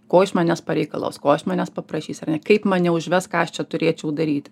ko iš manęs pareikalaus ko iš manęs paprašys ar ne kaip man neužvest ką aš čia turėčiau daryti